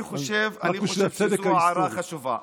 אני חושב שזו הערה חשובה.